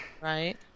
right